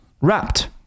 wrapped